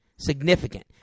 Significant